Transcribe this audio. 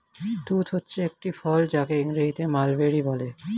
তুঁত হচ্ছে একটি ফল যাকে ইংরেজিতে মালবেরি বলে